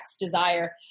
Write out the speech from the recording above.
desire